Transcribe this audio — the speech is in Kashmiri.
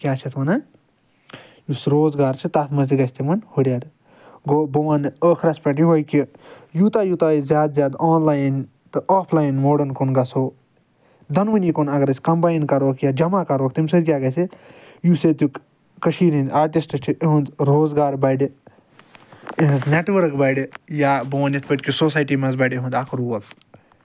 کیٚاہ چھ اتھ ونان یُس روزگار چھُ تتھ منٛز تہِ گژھِ تِمن ہُرٮ۪ر گوو بہٕ ونہِ ٲخرس پٮ۪ٹھ یہٕے کہِ یوٗتاہ یوٗتاہ أسۍ زیادٕ آنلاٮ۪ن تہٕ آفلاٮ۪ن موڈن کُن گژھو دۄنوٕنے کُن اگر أسۍ کمباٮ۪ن کروکھ یا جمع کروکھ تمہِ سۭتۍ کیٚاہ گژھیُس ییٚتِکۍ کشیٖرٕ ہندۍ آرٹِسٹ چھِ یہنٛد روزگار بڑِ یہنٛز نٮ۪ٹورک بڑِ یا بہٕ ؤنہٕ یتھ پٲٹھۍ سوساٮ۪ٹی منٛز یہنٛد اکھ رول